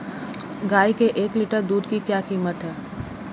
गाय के एक लीटर दूध की क्या कीमत है?